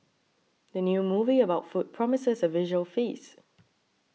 the new movie about food promises a visual feast